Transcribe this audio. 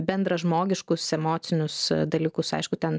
bendražmogiškus emocinius dalykus aišku ten